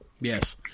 Yes